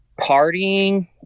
partying